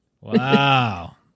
Wow